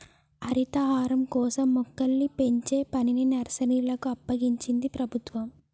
హరితహారం కోసం మొక్కల్ని పెంచే పనిని నర్సరీలకు అప్పగించింది ప్రభుత్వం